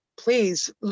Please